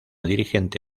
dirigente